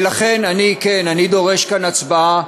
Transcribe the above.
ולכן, כן, אני דורש כאן הצבעה.